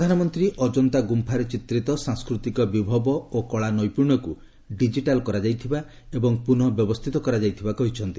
ପ୍ରଧାନମନ୍ତ୍ରୀ ଅଜନ୍ତା ଗୁମ୍ଫାରେ ଚିତ୍ରିତ ସାଂସ୍କୃତିକ ବିଭବ ଓ କଳାନୈପୁଣ୍ୟକୁ ଡିଜିଟାଲ୍ କରାଯାଇଥିବା ଏବଂ ପୁନଃ ବ୍ୟବସ୍ଥିତ କରାଯାଇଥିବା କହିଛନ୍ତି